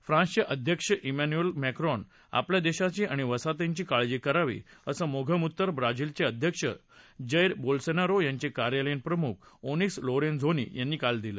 फ्रान्सचे अध्यक्ष एन्यूएल मॅक्रॉननं आपल्या देशाची आणि वसाहतींची काळजी करावी असं मोघम उत्तर ब्राझीलचे अध्यक्ष जध्यॉलसोनारो यांचे कार्यालयीन प्रमुख ओनीक्स लॉरेंझोनि यांनी काल दिलं